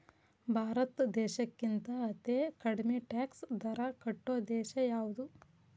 ಭಾರತ್ ದೇಶಕ್ಕಿಂತಾ ಅತೇ ಕಡ್ಮಿ ಟ್ಯಾಕ್ಸ್ ದರಾ ಕಟ್ಟೊ ದೇಶಾ ಯಾವ್ದು?